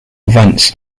vents